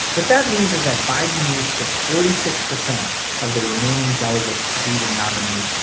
what that means is that biden needs just forty six percent of the remaining delegates to be the nominee.